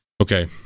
Okay